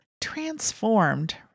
transformed